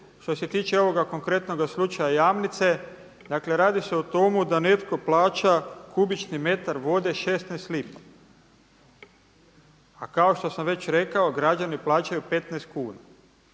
što se tiče ovoga konkretnog slučaja Jamnice dakle radi se o tomu da netko plaća kubični metar vode 16 lipa, a kao što sam već rekao građani plaćaju 15 kuna.